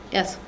Yes